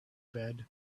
bed